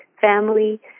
family